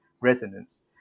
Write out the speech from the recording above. resonance